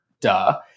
duh